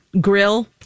grill